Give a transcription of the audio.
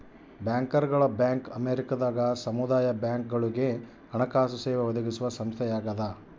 ಬ್ಯಾಂಕರ್ಗಳ ಬ್ಯಾಂಕ್ ಅಮೇರಿಕದಾಗ ಸಮುದಾಯ ಬ್ಯಾಂಕ್ಗಳುಗೆ ಹಣಕಾಸು ಸೇವೆ ಒದಗಿಸುವ ಸಂಸ್ಥೆಯಾಗದ